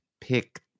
pick